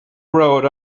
road